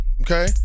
Okay